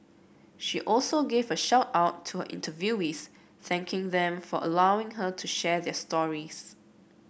she also gave a shout out to her interviewees thanking them for allowing her to share their stories